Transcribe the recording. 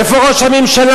איפה ראש הממשלה?